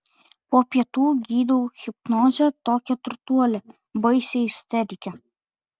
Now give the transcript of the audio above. po pietų gydau hipnoze tokią turtuolę baisią isterikę